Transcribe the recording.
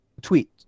tweet